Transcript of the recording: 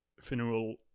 funeral